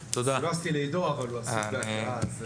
סימסתי לעידו אבל הוא עסוק בהקראה ובהסבר.